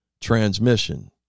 transmission